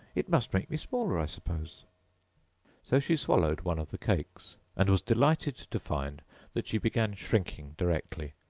it must make me smaller, i suppose so she swallowed one of the cakes, and was delighted to find that she began shrinking directly.